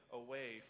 away